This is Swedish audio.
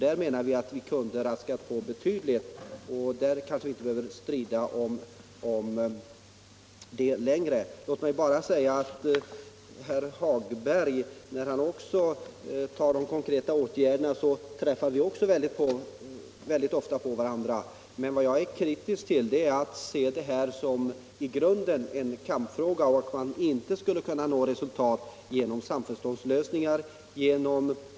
Där menar vi att man borde kunna raska på betydligt, men vi kanske inte behöver strida längre om det. Herr Hagberg i Borlänge och jag träffas ofta och talar om konkreta åtgärder. Vad jag i grunden är kritisk till är hans sätt att se denna fråga som en kampfråga, där man inte skulle kunna nå resultat genom samförståndslösningar.